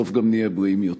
בסוף גם נהיה בריאים יותר.